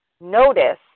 notice